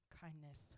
kindness